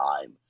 time